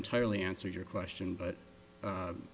entirely answer your question but